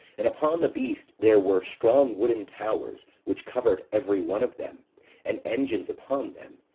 and upon the beast, there were strong wooden towers which covered every one of them and engines upon them,